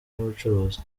n’ubucuruzi